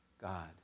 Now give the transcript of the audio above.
God